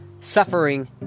Suffering